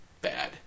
bad